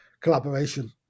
collaboration